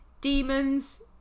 demons